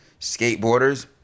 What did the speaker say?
skateboarders